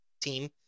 team